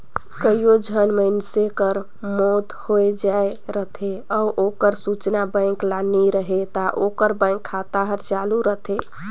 कइयो झन मइनसे कर मउत होए जाए रहथे अउ ओकर सूचना बेंक ल नी रहें ता ओकर बेंक खाता हर चालू रहथे